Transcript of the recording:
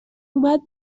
اومد